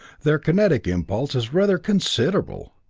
their kinetic impulse is rather considerable!